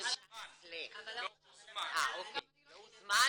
לא הוזמן